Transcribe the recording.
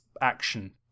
action